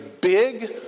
big